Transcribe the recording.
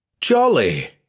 Jolly